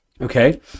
Okay